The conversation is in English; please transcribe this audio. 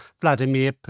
Vladimir